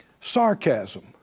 sarcasm